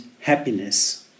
happiness